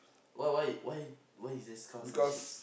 why why why why is there cows and sheeps